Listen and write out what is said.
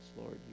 Lord